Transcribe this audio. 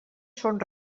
són